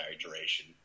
duration